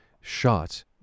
shot